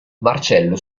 marcello